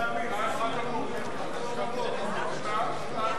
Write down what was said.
ההסתייגות לחלופין ב' של קבוצת סיעת